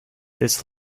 this